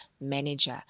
manager